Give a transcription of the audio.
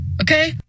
Okay